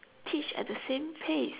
teach at the same pace